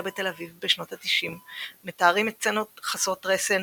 בתל אביב בשנות ה-90 מתארים את הסצנות חסרות הרסן,